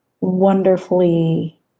wonderfully